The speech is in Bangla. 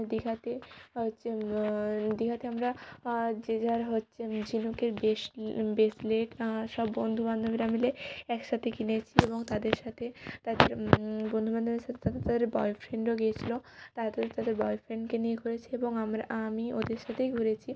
দীঘাতে হচ্ছে দীঘাতে আমরা যে যার হচ্ছে ঝিনুকের বেস ব্রেসলেট আর সব বন্ধু বান্ধবরা মিলে এক সাথে কিনেছি এবং তাদের সাথে তাদের বন্ধু বান্ধবের সাথে তাদের তাদের বয়ফ্রেন্ডও গিয়েছিলো তারা তাদের বয়ফ্রেন্ডকে নিয়ে ঘুরেছে এবং আমরা আমি ওদের সাথেই ঘুরেছি